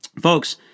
Folks